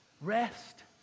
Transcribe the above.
Rest